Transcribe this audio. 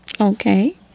Okay